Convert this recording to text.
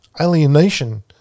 alienation